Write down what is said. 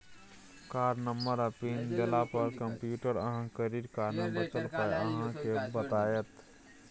card number आ PIN देला पर कंप्यूटर अहाँक क्रेडिट कार्ड मे बचल पाइ अहाँ केँ बताएत